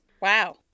wow